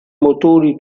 motori